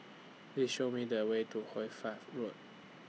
Please Show Me The Way to Hoy Fatt Road